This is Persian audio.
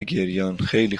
گریانخیلی